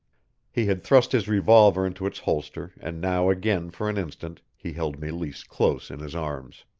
he had thrust his revolver into its holster and now again for an instant he held meleese close in his arms.